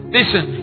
Listen